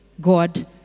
God